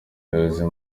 umuyobozi